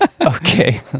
okay